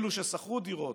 אלו ששכרו דירות